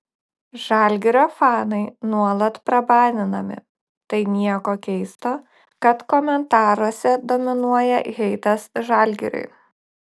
žalgirio fanai nuolat prabaninami tai nieko keisto kad komentaruose dominuoja heitas žalgiriui